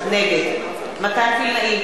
נגד מתן וילנאי,